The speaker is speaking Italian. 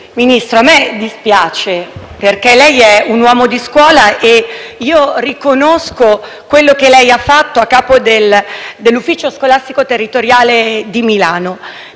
Ministro, a me dispiace perché lei è un uomo di scuola e riconosco quello che ha fatto a capo dell'Ufficio scolastico territoriale di Milano.